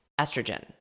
estrogen